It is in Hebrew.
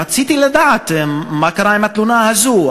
רציתי לדעת מה קרה עם התלונה הזאת.